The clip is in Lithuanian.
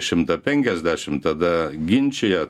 šimtą penkiasdešim tada ginčija